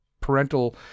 parental